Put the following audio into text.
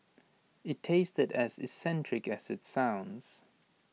IT tasted as eccentric as IT sounds